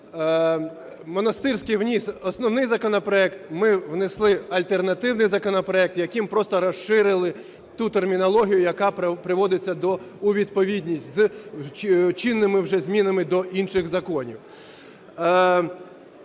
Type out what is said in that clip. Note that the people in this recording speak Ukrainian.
Монастирський вніс основний законопроект. Ми внесли альтернативний законопроект, яким просто розширили ту термінологію, яка приводиться у відповідність з чинними вже змінами до інших законів.